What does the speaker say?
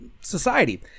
society